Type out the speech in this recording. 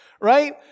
Right